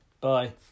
Bye